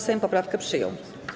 Sejm poprawkę przyjął.